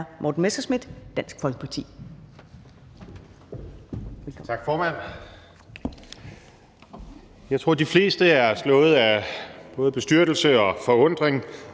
Morten Messerschmidt, Dansk Folkeparti.